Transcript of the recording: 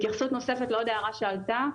התייחסות נוספת לעוד הערה שעלתה,